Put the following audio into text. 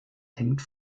hängt